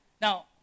Now